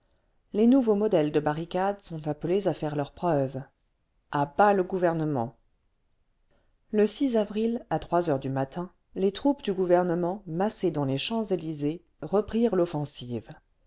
les nouveaux modèles de barricades sont appelés à faire leurs preuves a bas le gouvernement le avril à trois heures du matin les troupes du gouvernement massées dans les champs-elysées reprirent l'offensive